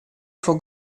for